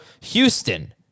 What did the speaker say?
Houston